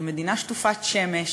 היא מדינה שטופת שמש.